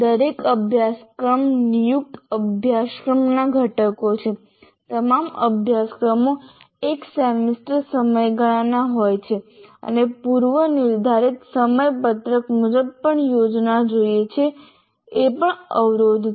દરેક અભ્યાસક્રમ નિયુક્ત અભ્યાસક્રમ ઘટકનો છે તમામ અભ્યાસક્રમો એક સેમેસ્ટર સમયગાળાના હોય છે અને પૂર્વનિર્ધારિત સમયપત્રક મુજબ પણ યોજવા જોઈએ જે પણ અવરોધ છે